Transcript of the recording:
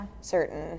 certain